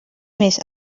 més